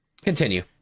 continue